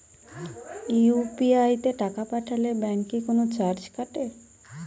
UPI তে টাকা পাঠালে ব্যাংক কি কোনো চার্জ কাটে?